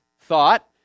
thought